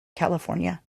california